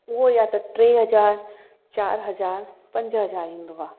उहो या त टे हज़ार चारि हज़ार पंज हज़ार ईंदो आहे